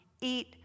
eat